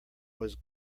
was